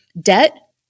debt